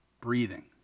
breathing